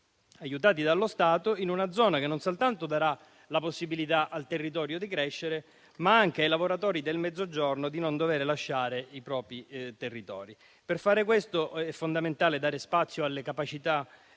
aiutate dallo Stato, in una zona che non soltanto darà la possibilità al territorio di crescere, ma anche ai lavoratori del Mezzogiorno di non dover lasciare i propri territori. Per far questo è fondamentale dare spazio alle capacità